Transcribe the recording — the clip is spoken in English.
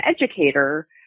educator